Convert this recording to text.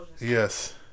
yes